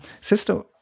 Sister